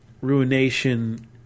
Ruination